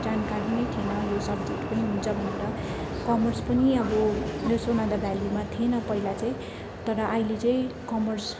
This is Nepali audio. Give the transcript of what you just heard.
जानकारी नै थिएन यो सब्जेक्ट पनि हुन्छ भनेर कमर्स पनि अब यो सोनादा भ्यालीमा थिएन पहिला चाहिँ तर अहिले चाहिँ कमर्स